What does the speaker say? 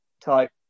type